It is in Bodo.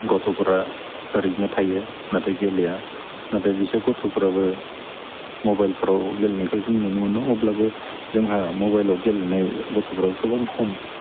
गथ'फ्रा ओरैनो थायो नाथाय गेलेया नाथाय बेसोर गथ'फ्राबो मबाइलफ्राव गेलेनायखौ जों नुनो मोनो अब्लाबो जोंहा मबाइलाव गेलेनाय गथ'फ्रा गोबां खम